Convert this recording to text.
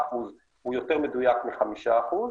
3% הוא יותר מדויק מ-5%,